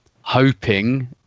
hoping